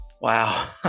Wow